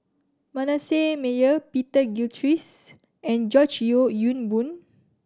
Manasseh Meyer Peter Gilchrist and George Yeo Yong Boon